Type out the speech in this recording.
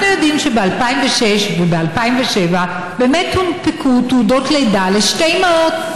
אנחנו יודעים שב-2006 וב-2007 באמת הונפקו תעודות לידה לשתי אימהות,